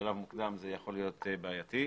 בשלב מוקדם זה יכול להיות בעייתי.